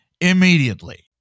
immediately